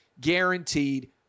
guaranteed